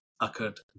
occurred